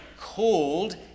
called